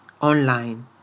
online